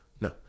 no